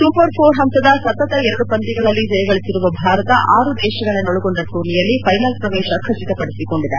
super four ಪಂತದ ಸತತ ಎರಡು ಪಂದ್ಯಗಳಲ್ಲಿ ಜಯ ಗಳಿಸಿರುವ ಭಾರತ ಆರು ದೇಶಗಳನ್ನೊಳಗೊಂಡ ಟೂರ್ನಿಯಲ್ಲಿ ಫೈನಲ್ ಪ್ರವೇಶವನ್ನು ಖಚಿತಪಡಿಸಿಕೊಂಡಿದೆ